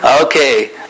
okay